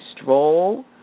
stroll